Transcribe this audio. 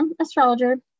astrologer